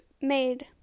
made